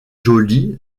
joli